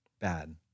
bad